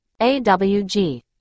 AWG